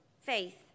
faith